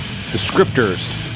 descriptors